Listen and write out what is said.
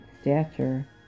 stature